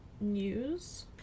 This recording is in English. news